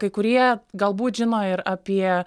kai kurie galbūt žino ir apie